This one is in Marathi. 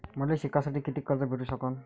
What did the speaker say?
मले शिकासाठी कितीक कर्ज भेटू सकन?